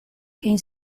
che